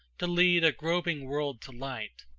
to lead a groping world to light!